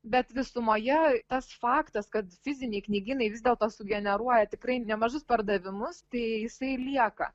bet visumoje tas faktas kad fiziniai knygynai vis dėlto sugeneruoja tikrai nemažus pardavimus tai jisai ir lieka